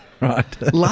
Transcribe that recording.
Right